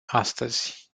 astăzi